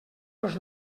dels